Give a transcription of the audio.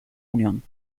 unión